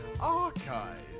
archive